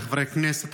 חבריי חברי הכנסת,